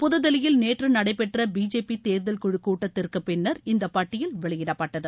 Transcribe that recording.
புத்தில்லியில் நேற்று நடைபெற்ற பிஜேபி தேர்தல் குழு கூட்டத்திற்கு பின்னர் இந்த பட்டியல் வெளியிடப்பட்டது